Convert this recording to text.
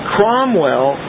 Cromwell